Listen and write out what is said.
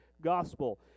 gospel